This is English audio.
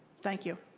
thank you.